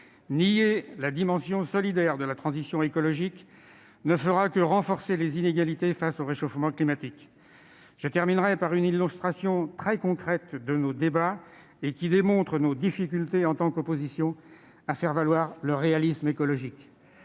Nier la dimension solidaire de la transition écologique ne fera que renforcer les inégalités face au réchauffement climatique. Je terminerai par une illustration très concrète de nos débats, qui démontre nos difficultés, en tant que groupe de l'opposition, à faire valoir le réalisme écologique